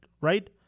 right